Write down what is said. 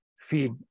feed